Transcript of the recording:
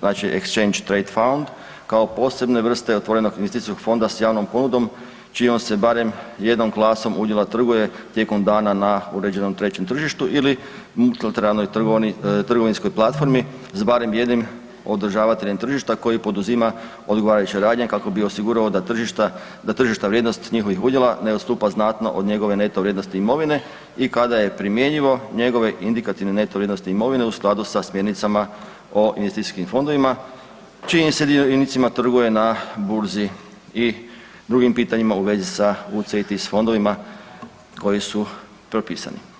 znači exchange traded fund, kao posebne vrste otvorenog investicijskog fonda s javnom ponudom, čijom se barem jednom klasom udjela trguje tijekom dana na uređenom trećem tržištu ili ... trgovinskoj platformi s barem jednim održavateljem tržišta koji poduzima odgovarajuće radnje kako bi osigurao da tržišta vrijednosti njihovih udjela ne odstupa znatno od njegove neto vrijednosti imovine i kada je primjenjivo, njegove indikativne neto vrijednosti imovine u skladu sa smjernicama o investicijskim fondovima, čijim se dionicama trguje na burzi i drugim pitanjima u vezi sa UCITS fondovima koji su propisani.